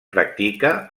practica